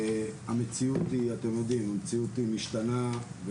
ואתם יודעים המציאות משתנה,